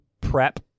Prep